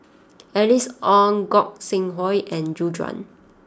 Alice Ong Gog Sing Hooi and Gu Juan